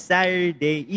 Saturday